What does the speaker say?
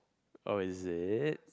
oh is it